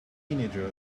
teenager